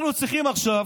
אנחנו צריכים עכשיו,